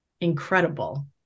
incredible